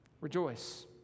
Rejoice